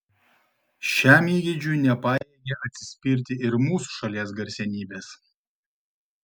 šiam įgeidžiui nepajėgė atsispirti ir mūsų šalies garsenybės